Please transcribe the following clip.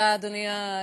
אדוני היושב-ראש,